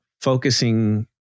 focusing